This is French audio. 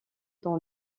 dans